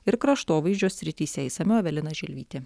ir kraštovaizdžio srityse išsamiau evelina želvytė